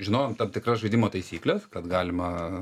žinojom tam tikras žaidimo taisykles kad galima